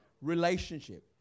relationship